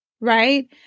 right